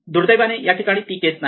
दुर्दैवाने या ठिकाणी ती केस नाही